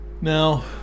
Now